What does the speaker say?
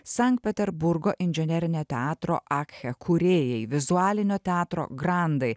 sankt peterburgo inžinerinio teatro akche kūrėjai vizualinio teatro grandai